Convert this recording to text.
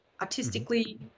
artistically